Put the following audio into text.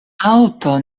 aŭto